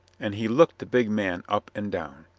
and he looked the big man up and down.